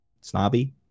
snobby